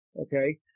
okay